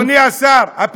אדוני השר ,